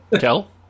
Kel